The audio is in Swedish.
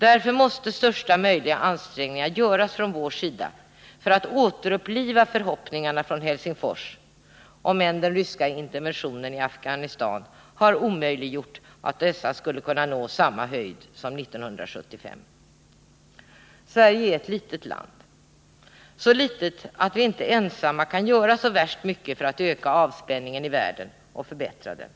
Därför måste största möjliga ansträngningar göras från vår sida för att återuppliva förhoppningarna från Helsingfors, om än den ryska interventionen i Afghanistan har omöjliggjort att dessa kan nå samma höjd som 1975. Sverige är ett litet land, så litet att det inte ensamt kan göra så värst mycket för att öka avspänningen i världen och förbättra denna.